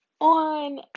on